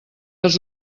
els